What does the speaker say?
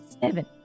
Seven